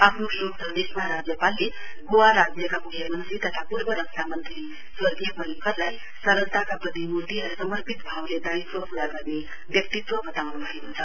आफ्नो शोक सन्देशमा राज्यपालले गोवा मुख्यमन्त्री तथाल पूर्व रक्षा मन्त्री स्वगीर्य परिवकरलाई सरलताका प्रतिमूर्ति र समर्पित भावले दायित्व पूरा गर्ने व्यक्तित्व वताउनुभएको छ